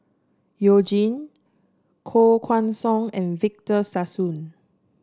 You Jin Koh Guan Song and Victor Sassoon